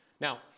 Now